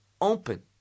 open